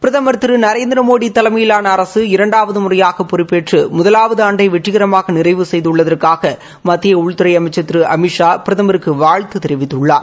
பிரதமர் திரு நரேந்திரமோடி தலைமையிலாள அரசு இரண்டாவது முறையாக பொறுப்பேற்று முதலாவது ஆண்டை வெற்றிகரமாக நிறைவு செய்துள்ளதற்காக மத்திய உள்துறை அமைச்சர் திரு அமித்ஷா பிரதமருக்கு வாழ்த்து தெரிவித்துள்ளார்